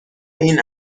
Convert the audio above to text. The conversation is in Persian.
این